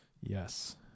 Yes